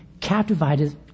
captivated